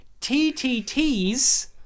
TTT's